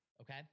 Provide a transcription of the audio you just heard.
Okay